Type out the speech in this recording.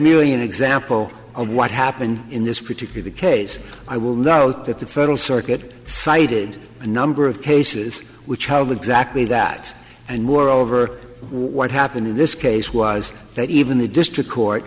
merely an example of what happened in this particular case i will note that the federal circuit cited a number of cases which have the exactly that and moreover what happened in this case was that even the district court